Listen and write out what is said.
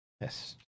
Yes